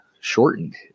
shortened